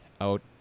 out